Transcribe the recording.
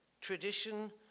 Tradition